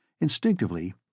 Instinctively